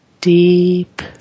deep